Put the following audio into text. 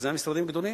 שהם המשרדים הגדולים,